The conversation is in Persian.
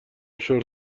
شرت